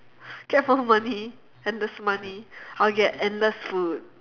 get from her money endless money I'll get endless food